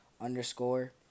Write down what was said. underscore